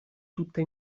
tutta